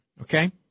okay